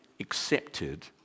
accepted